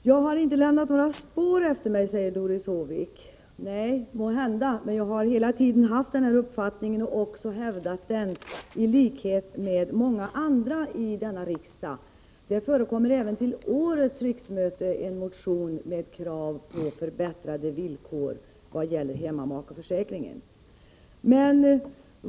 Herr talman! Doris Håvik sade att jag inte har lämnat några spår efter mig. Nej, måhända inte, men jag har hela tiden haft min uppfattning och även hävdat den i likhet med många andra i denna riksdag. Också till årets riksmöte har det väckts en motion med krav på förbättrade villkor när det gäller hemmamakeförsäkringen.